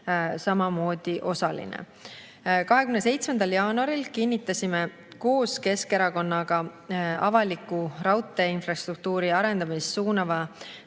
samamoodi osaline. 27. jaanuaril kinnitasime koos Keskerakonnaga avaliku raudtee infrastruktuuri arendamist suunava